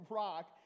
rock